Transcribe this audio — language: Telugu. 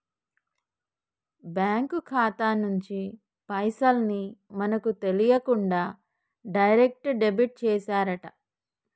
బ్యేంకు ఖాతా నుంచి పైసల్ ని మనకు తెలియకుండా డైరెక్ట్ డెబిట్ చేశారట